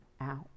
out